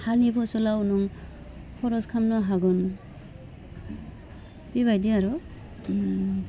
हानि फसलाव नों खर'स खालामनो हागोन बेबायदि आरो